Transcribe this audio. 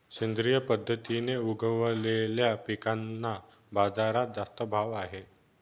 सेंद्रिय पद्धतीने उगवलेल्या पिकांना बाजारात जास्त भाव आहे